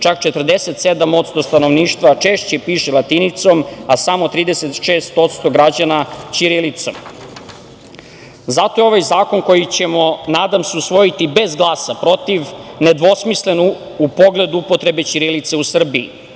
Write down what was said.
čak 47% stanovništva češće piše latinicom, a samo 36% građana ćirilicom. Zato je ovaj zakon koji ćemo, nadam se, usvojiti bez glasa protiv nedvosmislen u pogledu upotrebe ćirilice u Srbiji.